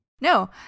No